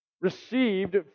received